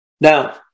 Now